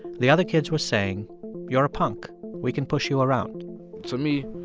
the other kids were saying you're a punk, we can push you around to me,